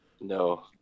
No